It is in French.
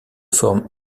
forme